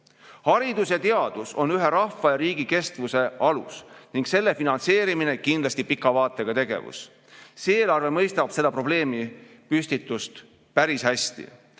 ja teadus on ühe rahva ja riigi kestvuse alus ning nende finantseerimine on kindlasti pika vaatega tegevus. See eelarve mõistab seda probleemipüstitust päris hästi.